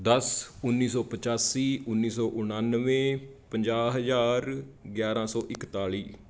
ਦਸ ਉੱਨੀ ਸੌ ਪਚਾਸੀ ਉੱਨੀ ਸੌ ਉਣਾਨਵੇਂ ਪੰਜਾਹ ਹਜ਼ਾਰ ਗਿਆਰਾਂ ਸੌ ਇਕਤਾਲੀ